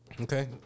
Okay